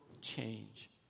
change